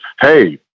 hey